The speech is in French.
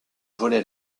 volets